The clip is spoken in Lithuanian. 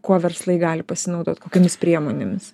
kuo verslai gali pasinaudot kokiomis priemonėmis